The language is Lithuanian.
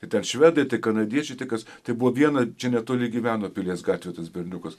ir dar švedai kanadiečiai tai kas tai buvo viena čia netoli gyveno pilies gatvėj tas berniukas